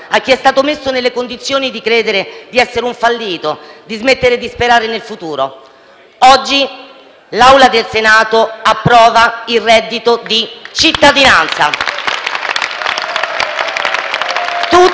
a chi è stato messo nelle condizioni di credere di essere un fallito e di smettere di sperare nel futuro. Oggi l'Assemblea del Senato approva il reddito di cittadinanza.